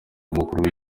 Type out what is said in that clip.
umukuru